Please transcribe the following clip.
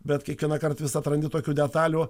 bet kiekvienąkart vis atrandi tokių detalių